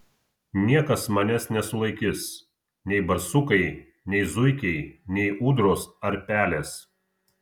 niekas manęs nesulaikys nei barsukai nei zuikiai nei ūdros ar pelės